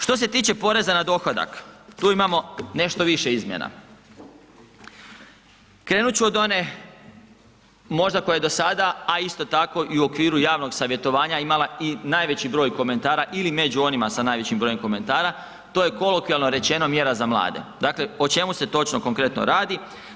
Što se tiče poreza na dohodak, tu imamo nešto više izmjena, krenut ću od one možda koja je do sada, a isto tako i u okviru javnog savjetovanja, imala i najveći broj komentara ili među onima sa najvećim brojem komentara, to je kolokvijalno rečeno, mjera za mlade, dakle o čemu se točno konkretno radi.